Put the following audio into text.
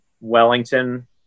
Wellington